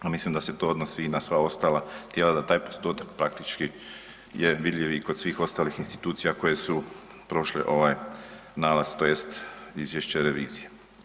No, mislim da se to odnosi i na sva ostala tijela, da taj postotak praktički je vidljiv i kod svih ostalih institucija koje su prošle ovaj nalaz to jest Izvješće revizije.